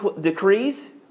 decrees